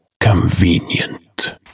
convenient